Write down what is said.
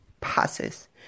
passes